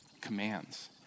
commands